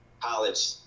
college